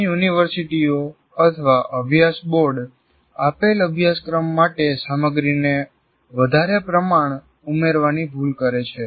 ઘણી યુનિવર્સિટીઓઅભ્યાસ બોર્ડ આપેલ અભ્યાસક્રમ માટે સામગ્રીને વધારે પ્રમાણ ઉમેરવાની ભૂલ કરે છે